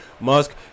Musk